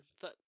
foot